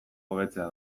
hobetzea